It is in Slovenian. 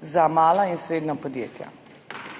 za mala in srednja podjetja.